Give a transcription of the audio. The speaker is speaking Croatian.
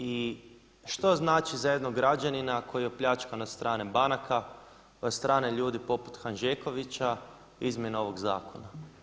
I što znači za jednog građanina koji je opljačkan od strane banaka od strane ljudi poput Hanžekovića izmjena ovog zakona?